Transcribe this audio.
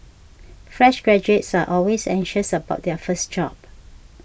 fresh graduates are always anxious about their first job